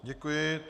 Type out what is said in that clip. Děkuji.